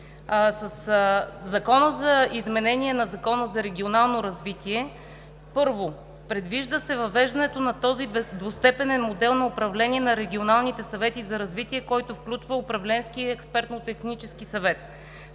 Със Закона за изменение на Закона за регионалното развитие, първо, предвижда се въвеждането на този двустепенен модел на управление на регионалните съвети за развитие, който включва управленски и експертно-технически съвет.